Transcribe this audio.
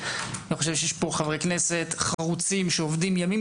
אני חושב שיש פה חברי כנסת שעובדים ימים